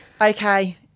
Okay